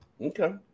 Okay